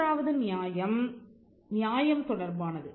மூன்றாவது நியாயம் நியாயம் தொடர்பானது